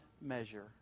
measure